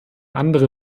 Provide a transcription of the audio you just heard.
andere